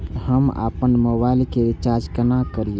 हम आपन मोबाइल के रिचार्ज केना करिए?